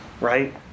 right